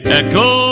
echo